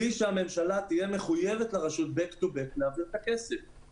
בלי שהממשלה תהיה מחויבת לרשות להעביר את הכסף back to back.